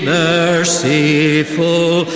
merciful